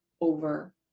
over